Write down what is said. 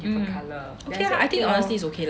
mm okay ah I think honestly it's okay lah